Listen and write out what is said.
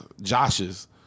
Josh's